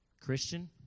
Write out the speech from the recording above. Christian